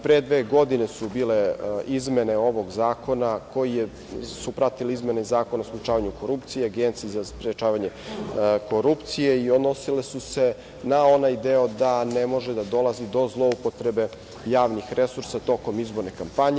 Pre dve godine su bile izmene ovog zakona, koje su pratile izmene Zakona o sprečavanju korupcije, Agencije za sprečavanje korupcije i odnosile su se na onaj deo da ne može da dolazi do zloupotrebe javnih resursa tokom izborne kampanje.